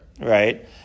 right